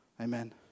Amen